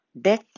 Death